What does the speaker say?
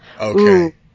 Okay